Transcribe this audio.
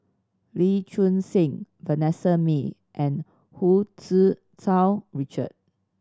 Lee Choon Seng Vanessa Mae and Hu Tsu Tau Richard